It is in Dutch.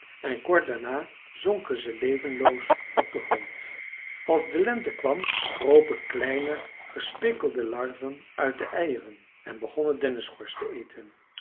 en kort daarna zonken ze levenloos op den grond als de lente kwam kropen kleine gespikkelde larven uit de eieren en begonnen denneschors te eten